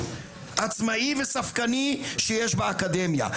עצמאי וספקני שיש באקדמיה.